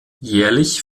jährlich